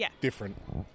different